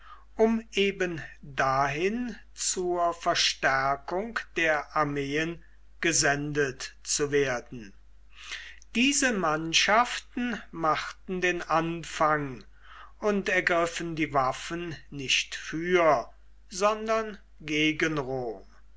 um eben dahin zur verstärkung der armeen gesendet zu werden diese mannschaften machten den anfang und ergriffen die waffen nicht für sondern gegen rom